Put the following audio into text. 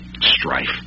strife